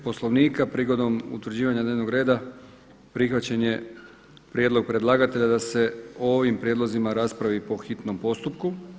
Poslovnika prigodom utvrđivanja dnevnog reda prihvaćen je prijedlog predlagatelja da se o ovim prijedlozima raspravi po hitnom postupku.